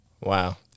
Wow